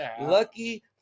Lucky